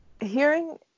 hearing